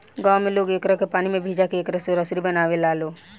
गांव में लोग एकरा के पानी में भिजा के एकरा से रसरी बनावे लालो